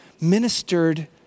ministered